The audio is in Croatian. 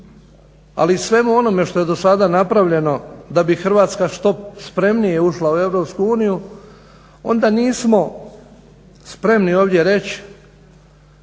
i svemu onome što je do sada napravljeno da bi Hrvatska što spremnije ušla u EU onda nismo spremni ovdje reć,